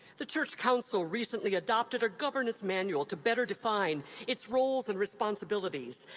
the church council recently adopted a governance manual to better define its roles and responsibilities,